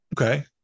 Okay